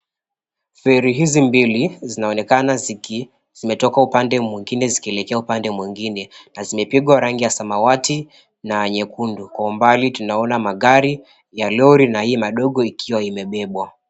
Ferry hizi mbili zinaonekana ziki zimetoka upande mwingine zikielekea upande mwingine na zimepigwa rangi ya samawati na nyekundu kwa umbali tunaona magari ya lori na hii madogo ikiwa imebebwa.